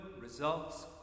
results